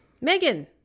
Megan